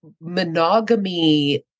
monogamy